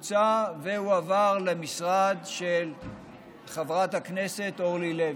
הוא הוצא והועבר למשרד של חברת הכנסת אורלי לוי,